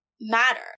matter